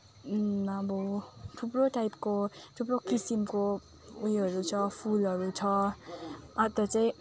अब थुप्रो टाइपको थुप्रो किसिमको उयोहरू छ फुलहरू छ अन्त चाहिँ